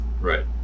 right